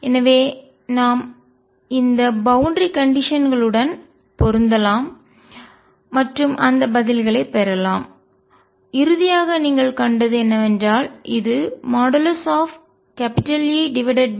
எனவேநாம் இந்த பௌண்டரி கண்டிஷன்களுடன் எல்லை நிலை பொருந்தலாம் மற்றும் அந்த பதில்களைப் பெறலாம் இறுதியாக நீங்கள் கண்டது என்னவென்றால் அது EA2vv